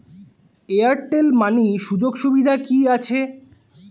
Airtel money সুযোগ সুবিধা কি আছে?